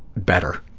better.